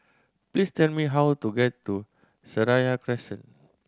please tell me how to get to Seraya Crescent